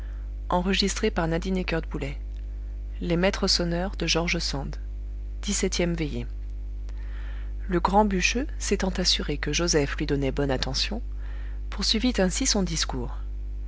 dix-septième veillée le grand bûcheux s'étant assuré que joseph lui donnait bonne attention poursuivit ainsi son discours